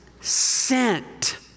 sent